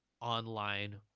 online